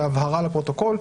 זאת הבהרה לפרוטוקול,